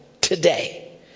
today